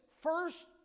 first